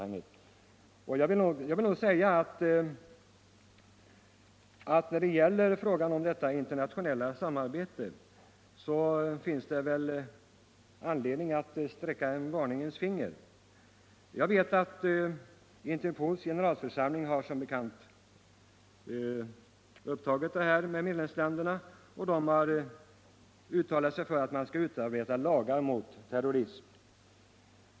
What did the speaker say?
När det gäller detta internationella samarbete finns det väl anledning att sätta upp ett varnande finger. Interpols generalförsamling har som bekant tagit upp denna fråga med medlemsländerna, och man har uttalat sig för att det skall utarbetas lagar mot terrorism.